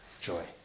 joy